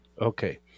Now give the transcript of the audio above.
Okay